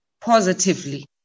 positively